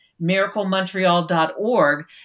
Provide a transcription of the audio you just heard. miraclemontreal.org